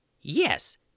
Yes